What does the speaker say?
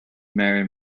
mary